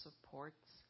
supports